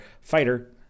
fighter